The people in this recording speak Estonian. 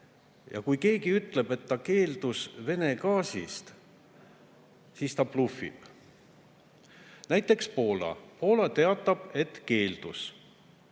Kui keegi ütleb, et ta keeldus Vene gaasist, siis ta blufib. Näiteks Poola teatab, et ta keeldus